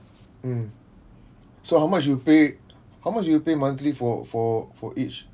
mm so how much you pay how much you pay monthly for for for each